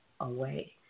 away